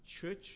church